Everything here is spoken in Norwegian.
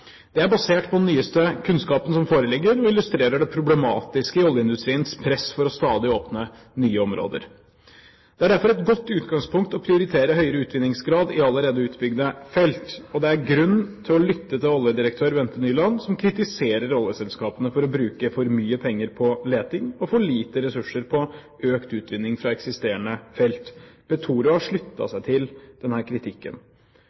er basert på de nyeste kunnskapene som foreligger, og illustrerer det problematiske i oljeindustriens press for stadig å åpne nye områder. Det er derfor et godt utgangspunkt å prioritere høyere utvinningsgrad i allerede utbygde felt. Og det er grunn til å lytte til oljedirektør Bente Nyland, som kritiserer oljeselskapene for å bruke for mye penger på leting og for lite ressurser på økt utvinning fra eksisterende felt. Petoro har sluttet seg til denne kritikken.